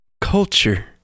culture